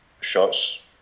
shots